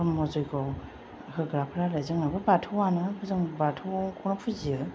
ब्रह्म जग्य होग्राफ्रा आरो जोंनाबो बाथौआनो जों बाथौखौनो फुजियो